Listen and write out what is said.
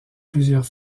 plusieurs